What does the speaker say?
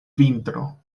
vintro